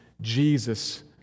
Jesus